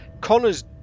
Connors